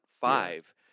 five